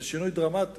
זה שינוי דרמטי.